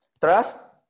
trust